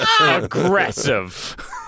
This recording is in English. Aggressive